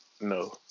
no